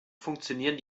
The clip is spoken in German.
funktionieren